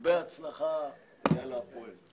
הרבה הצלחה ויאללה הפועל.